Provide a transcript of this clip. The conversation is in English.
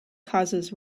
causes